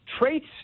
traits